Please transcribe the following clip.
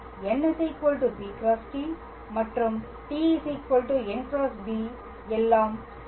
எனவே b t × n n b × t மற்றும் t n × b எல்லாம் சரி